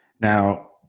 Now